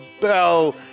bell